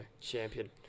Champion